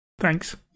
Thanks